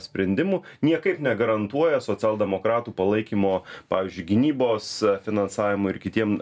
sprendimų niekaip negarantuoja socialdemokratų palaikymo pavyzdžiui gynybos finansavimo ir kitiem